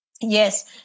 Yes